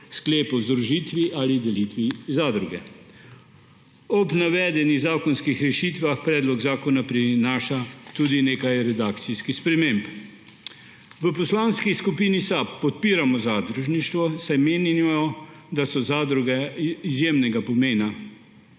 sklep o združitvi ali delitvi zadruge. Ob navedenih zakonskih rešitvah predlog zakona prinaša tudi nekaj redakcijskih sprememb. V Poslanski skupini SAB podpiramo zadružništvo, saj menimo, da so zadruge izjemnega pomena